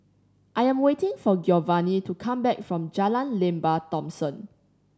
I am waiting for Giovani to come back from Jalan Lembah Thomson